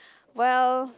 well